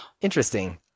interesting